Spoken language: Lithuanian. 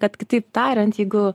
kad kitaip tariant jeigu